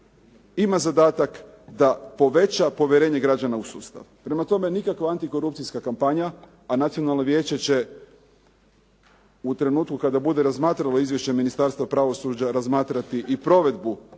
ima zadatak da poveća povjerenje građana u sustav. Prema tome, nikakva antikorupcijska kampanja. A Nacionalno vijeće će u trenutku kada bude razmatralo Izvješće Ministarstva pravosuđa razmatrati i provedbu